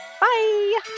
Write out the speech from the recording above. Bye